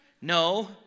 No